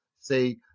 say